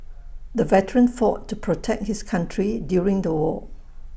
the veteran fought to protect his country during the war